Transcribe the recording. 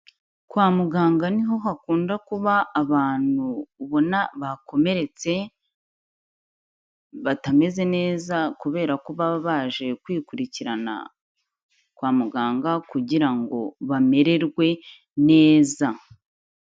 Kwa muganga niho hakunda kuba abantu ubona bakomeretse batameze neza kubera ko baba baje kwikurikirana kwa muganga kugira ngo bamererwe neza.